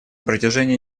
протяжении